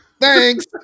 thanks